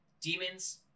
demons